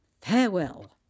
Farewell